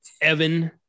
Evan